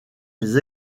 des